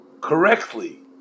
correctly